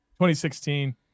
2016